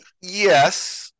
Yes